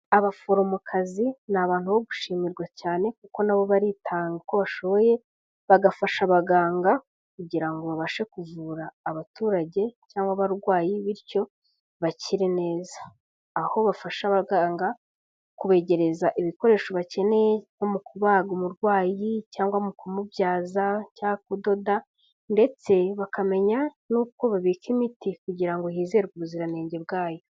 Abaforomokazi ni abantu bo gushimirwa cyane kuko na bo baritanga uko bashoboye, bagafasha abaganga kugira babashe kuvura abaturage, cyangwa abarwayi, bityo bakire neza. Aho bafasha abaganga kubegereza ibikoresho bakeneye nko mu kubaga umurwayi, cyangwa mu kumubyaza, cyangwa kudoda, ndetse bakamenya n'uko babika imiti kugira ngo hizerwe ubuziranenge bwayo.